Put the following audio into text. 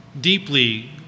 deeply